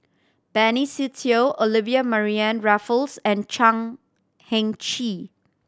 Benny Se Teo Olivia Mariamne Raffles and Chan Heng Chee